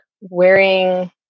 wearing